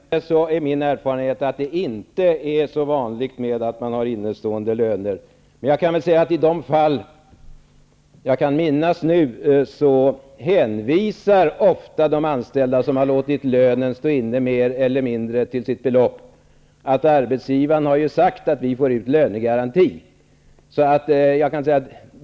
Fru talman! Som jag redan nämnt är det min erfarenhet att det inte är särskilt vanligt med innestående löner. Men i de fall som jag nu kan erinra mig hänvisar ofta anställda, som har låtit lönen stå inne mer eller mindre till hela beloppet, till den av arbetsgivaren nämnda lönegarantin.